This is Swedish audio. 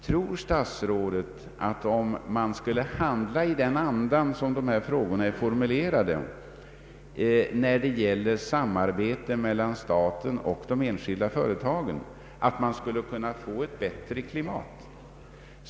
Tror statsrådet att man, om man handlade i den anda frågorna är formulerade när det gäller samarbetet mellan staten och de enskilda företagen, skulle kunna få ett bättre klimat?